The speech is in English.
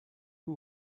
who